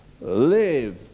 live